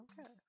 Okay